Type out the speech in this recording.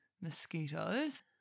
mosquitoes